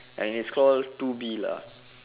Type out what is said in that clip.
and it's call two B lah